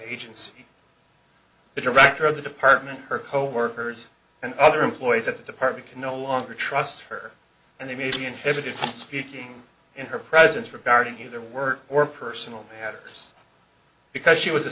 agency the director of the department her coworkers and other employees at the department can no longer trust her and they may be inhibited speaking in her presence regarding their work or personal matters because she was a